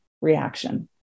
reaction